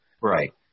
Right